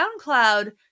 SoundCloud